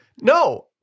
No